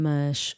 Mas